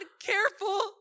careful